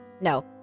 no